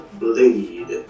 bleed